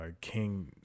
King